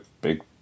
big